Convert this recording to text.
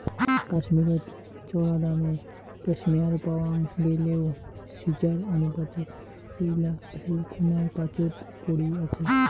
কাশ্মীরত চরাদামে ক্যাশমেয়ার পাওয়াং গেইলেও সিজ্জার অনুপাতে ঐলা ভালেকুনায় পাচোত পরি আচে